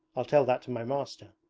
i'll tell that to my master